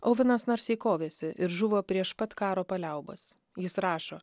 auvenas narsiai kovėsi ir žuvo prieš pat karo paliaubas jis rašo